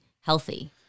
healthy